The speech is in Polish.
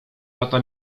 lata